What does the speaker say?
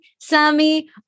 Sammy